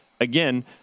again